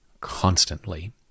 constantly